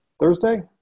thursday